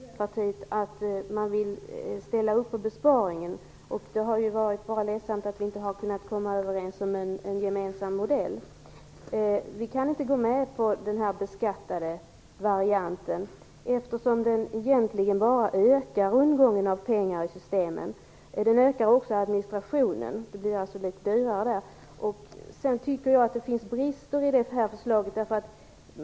Fru talman! Jag tycker det är hedervärt av Miljöpartiet att det vill ställa upp på besparingen. Det har varit ledsamt att vi inte har kunnat komma överens om en gemensam modell. Vi kan inte gå med på den beskattade varianten, eftersom den egentligen bara ökar rundgången av pengar i systemen. Den ökar också administrationen. Det blir alltså litet dyrare där. Sedan tycker jag att det finns brister i Miljöpartiets förslag.